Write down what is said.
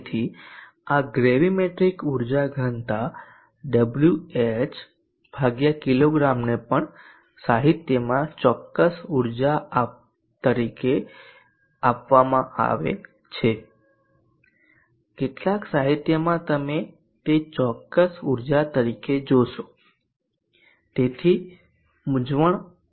તેથી આ ગ્રેવીમેટ્રિક ઉર્જા ઘનતા ડબ્લ્યુએચ કિગ્રા ને પણ સાહિત્યમાં ચોક્કસ ઉર્જા તરીકે આપવામાં આવે છે કેટલાક સાહિત્યમાં તમે તે ચોક્કસ ઊર્જા તરીકે જોશો તેથી મૂંઝવણમાં ન થાઓ